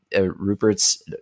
Rupert's